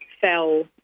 fell